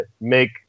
make